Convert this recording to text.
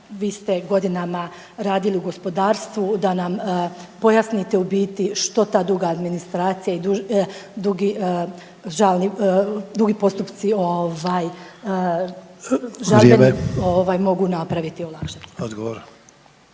vi ste godinama radili u gospodarstvu, da nam pojasnite u biti što ta druga administracija i dugi postupci žalbeni mogu napraviti, olakšati.